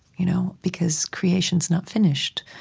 you know because creation's not finished.